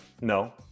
no